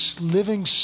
living